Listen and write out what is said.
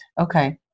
Okay